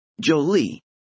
Jolie